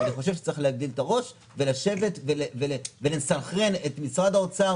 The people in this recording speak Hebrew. אני חושב שצריך להגדיל את הראש ולשבת ולסנכרן את משרד האוצר